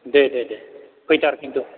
दे दे दे फैथार खिन्थु